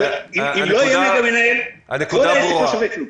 אם לא יהיה מגה-מנהל כל העסק לא שווה כלום.